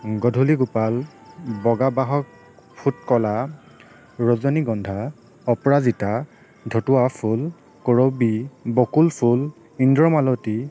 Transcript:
গধূলি গোপাল বগা বাহক ফুট ক'লা ৰজনীগন্ধা অপৰাজিতা ধতুৰা ফুল কৰবী বকুল ফুল ইন্দ্ৰমালতী